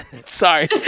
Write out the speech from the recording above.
Sorry